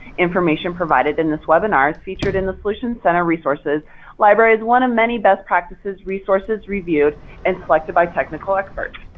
information provided in this webinar is featured in the solutions center resources library as one of many best practices resources reviewed and selected by technical experts.